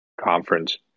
conference